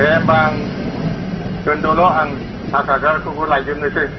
दे होनब्ला आं दोन्दोल' आं फास हाजार खौबो लायजोबनोसै